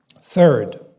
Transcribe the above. Third